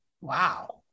Wow